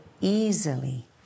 easily